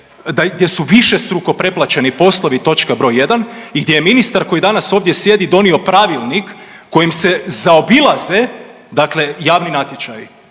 gdje su višestruko preplaćeni poslovi, točka br. 1 i gdje je ministar koji danas ovdje sjedi donio pravilnik kojim se zaobilaze dakle javni natječaji.